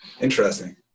Interesting